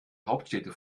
hauptstädte